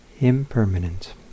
Impermanent